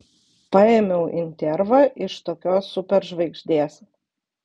paėmiau intervą iš tokios super žvaigždės